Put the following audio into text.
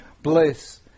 bliss